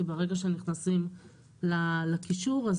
כי ברגע שנכנסים לקישור,